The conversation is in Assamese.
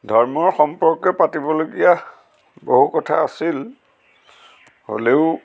ধৰ্মৰ সম্পৰ্কে পাতিবলগীয়া বহু কথা আছিল হ'লেও